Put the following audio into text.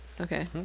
Okay